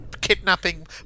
kidnapping